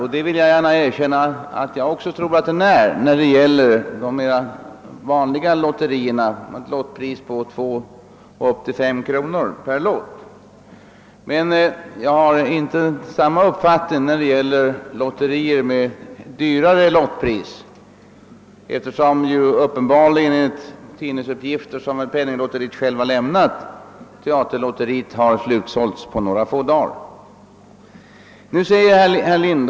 Jag skall gärna erkänna att också jag tror att så är fallet när det gäller de mera vanliga lotterierna med ett lottpris på 2—5 kronor. Men när det gäller lotterier med högre lottpriser har jag inte samma uppfattning, ty enligt en uppgift som Svenska penninglotteriet självt lämnat, har teaterlotteriets lotter slutsålts på några få dagar.